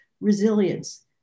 resilience